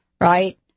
right